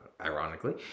ironically